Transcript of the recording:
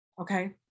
Okay